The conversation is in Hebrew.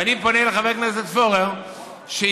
ואני פונה לחבר הכנסת פורר שירגיש,